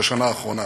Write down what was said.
בשנה האחרונה,